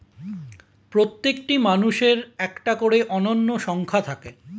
প্রত্যেকটি মানুষের একটা করে অনন্য সংখ্যা থাকে